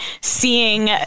seeing